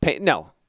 No